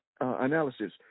analysis